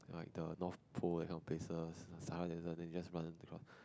the north pole tht kind of places sahara desert then just run across